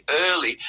early